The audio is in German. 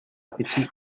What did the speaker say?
appetit